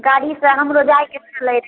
गाड़ी से हमरो जायके छलै